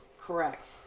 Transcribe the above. Correct